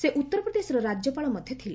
ସେ ଉତ୍ତର ପ୍ରଦେଶର ରାଜ୍ୟପାଳ ମଧ ଥିଲେ